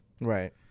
Right